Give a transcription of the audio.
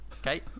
okay